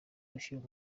ushyira